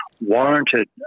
warranted